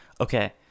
okay